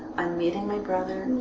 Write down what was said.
i'm meeting my brother.